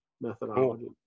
methodology